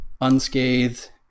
unscathed